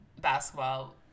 basketball